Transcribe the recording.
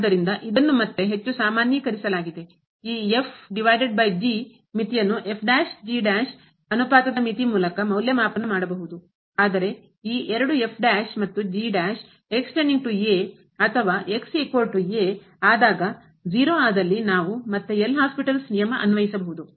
ಆದ್ದರಿಂದ ಇದನ್ನು ಮತ್ತೆ ಹೆಚ್ಚು ಸಾಮಾನ್ಯೀಕರಿಸಲಾಗಿದೆ ಈ ಮಿತಿಯನ್ನು ಅನುಪಾತದ ಮಿತಿ ಮೂಲಕ ಮೌಲ್ಯಮಾಪನ ಮಾಡಬಹುದು ಆದರೆ ಈ ಎರಡು ಮತ್ತು ಅಥವಾ x a ಆದಾಗ ಆದಲ್ಲಿ ನಾವು ಮತ್ತೆ L ಹಾಸ್ಪಿಟಲ್ಸ್ ನಿಯಮ ಅನ್ವಯಿಸಬಹುದು